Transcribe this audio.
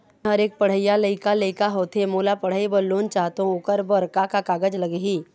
मेहर एक पढ़इया लइका लइका होथे मोला पढ़ई बर लोन चाहथों ओकर बर का का कागज लगही?